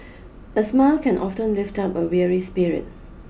a smile can often lift up a weary spirit